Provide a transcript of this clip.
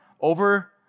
over